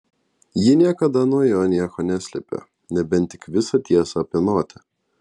ji niekada nuo jo nieko neslėpė nebent tik visą tiesą apie notę